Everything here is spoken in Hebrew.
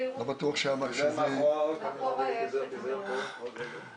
מרחוב ישעיהו ליבוביץ',